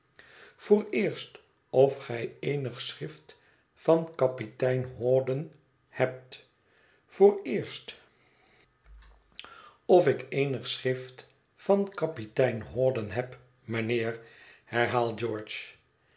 of gij eenig schrift van kapitein hawdon hebt vooreerst of ik eenig schrift van kapitein hawdon heb mijnheer herhaalt george